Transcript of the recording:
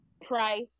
price